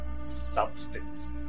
substance